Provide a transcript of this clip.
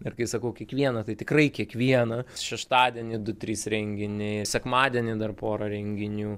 ir kai sakau kiekvieną tai tikrai kiekvieną šeštadienį du trys renginiai sekmadienį dar pora renginių